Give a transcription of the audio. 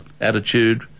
attitude